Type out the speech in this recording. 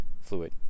fluid